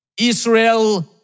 Israel